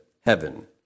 heaven